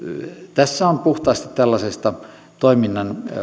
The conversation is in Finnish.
tässä on puhtaasti tällaisesta toiminnan